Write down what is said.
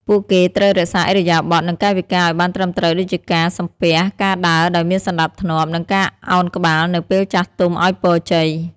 ពួកគេត្រូវរក្សាឥរិយាបថ និងកាយវិការឲ្យបានត្រឹមត្រូវ ដូចជាការ សំពះ ការដើរដោយមានសណ្តាប់ធ្នាប់ និងការឱនក្បាលនៅពេលចាស់ទុំឲ្យពរជ័យ។